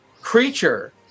creature